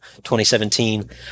2017